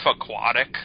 aquatic